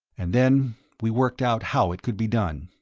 and then we worked out how it could be done.